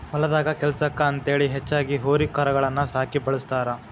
ಹೊಲದಾಗ ಕೆಲ್ಸಕ್ಕ ಅಂತೇಳಿ ಹೆಚ್ಚಾಗಿ ಹೋರಿ ಕರಗಳನ್ನ ಸಾಕಿ ಬೆಳಸ್ತಾರ